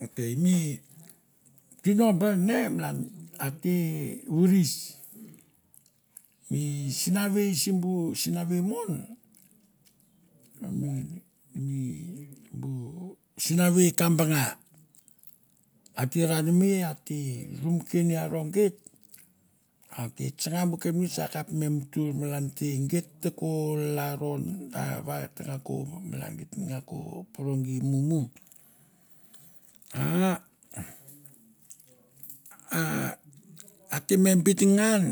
Okay mi tino bur ne malan a te vuris, mi sinavei sibu sinavei mon, mi- mi bu sinavei ta banga. A te ranmei, a te rumkein e aro geit, a te tsona bu ke pneits a kap me mjtjr malan te eit to ko laron ta va ta ko malan geit nga ko poro gie mmaimai. Aa ah, a te beit ngan